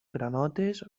granotes